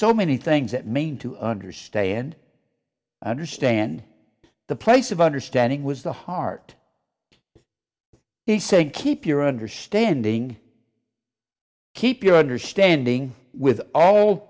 so many things that mean to understand understand the place of understanding was the heart he said keep your understanding keep your understanding with all